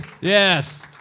Yes